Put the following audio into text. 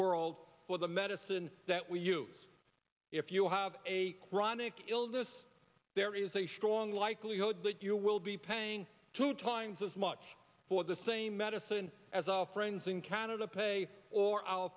world for the medicine that we use if you have a chronic illness there is a strong likelihood that you will be paying two times as much for the same medicine as all friends in canada pay or our